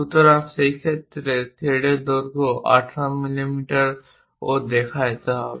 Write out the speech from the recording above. সুতরাং সেই ক্ষেত্রে থ্রেডের দৈর্ঘ্য 18 মিমিও দেখাতে হবে